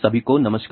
सभी को नमस्कार